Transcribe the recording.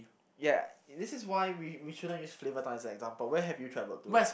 yeah this is why we we shouldn't use flavourtown as an example where have you travelled to